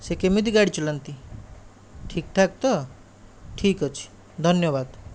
ସେ କେମିତି ଗାଡ଼ି ଚଲାନ୍ତି ଠିକ୍ଠାକ୍ ତ ଠିକ୍ ଅଛି ଧନ୍ୟବାଦ